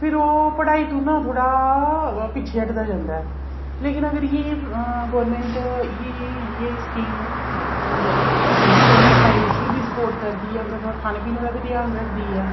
भी ओह् पढ़ाई कोला थोह्ड़ा पिच्छें हटदा जंदा ऐ लेकिन अगर इ'यै जेही गौरमैंट इ'यै जेही स्कीम दिंदी ऐ उ'नें ई फाइनैंशिली बी सपोर्ट करदी ऐ उं'दा अगर खाने पीने दा बी ध्यान रखदी ऐ